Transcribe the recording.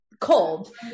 cold